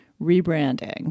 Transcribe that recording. rebranding